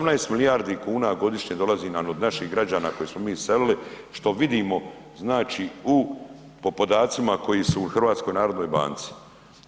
6, 18 milijardi kuna godišnje, dolazi nam od naših građana koje smo mi iselili, što vidimo, znači u po podacima koji su u HNB-u.